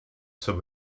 some